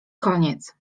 koniec